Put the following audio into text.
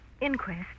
inquest